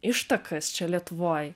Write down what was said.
ištakas čia lietuvoj